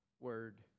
word